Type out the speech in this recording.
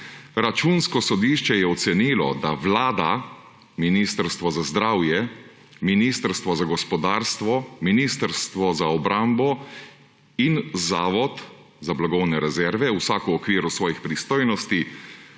»Računsko sodišče je ocenilo, da Vlada, Ministrstvo za zdravje, Ministrstvo za gospodarski razvoj in tehnologijo, Ministrstvo za obrambo in Zavod za blagovne rezerve, vsak v okviru svojih pristojnosti,